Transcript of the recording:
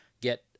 get